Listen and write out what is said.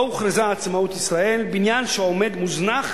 שבו הוכרזה עצמאות ישראל, בניין שעמד מוזנח